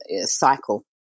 cycle